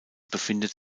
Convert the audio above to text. befindet